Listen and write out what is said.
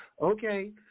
Okay